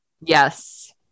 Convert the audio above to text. Yes